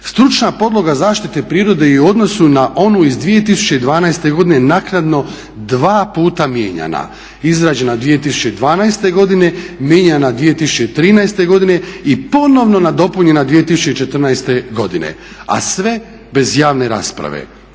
Stručna podloga zaštite prirode je u odnosu na onu iz 2012. godine naknadno 2 puta mijenjana. Izrađena je 2012. godine i mijenjana 2013. godine i ponovno nadopunjena 2014. godine, a sve bez javne rasprave.